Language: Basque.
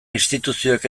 instituzioek